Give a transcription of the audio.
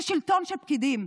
זה שלטון של פקידים,